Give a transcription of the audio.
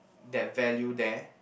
that value there